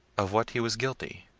of what he was guilty?